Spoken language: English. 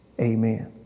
Amen